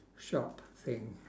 shop thing